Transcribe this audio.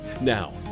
Now